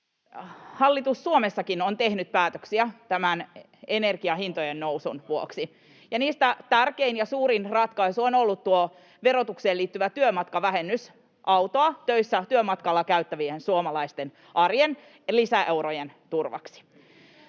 Hallitus Suomessakin on tehnyt päätöksiä energiahintojen nousun vuoksi. Niistä tärkein ja suurin ratkaisu on ollut verotukseen liittyvä työmatkavähennys autoa työmatkalla käyttävien suomalaisten arjen lisäeurojen turvaksi.